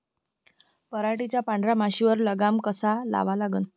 पराटीवरच्या पांढऱ्या माशीवर लगाम कसा लावा लागन?